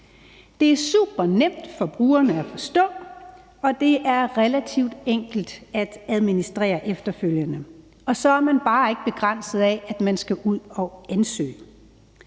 Det er supernemt for brugerne at forstå, og det er relativt enkelt at administrere efterfølgende, og så er man bare ikke begrænset af, at man skal ud og ansøge.